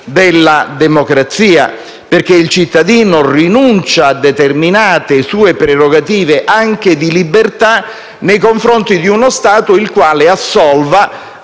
della democrazia, perché il cittadino rinuncia a determinate sue prerogative, anche di libertà, nei confronti di uno Stato il quale assolva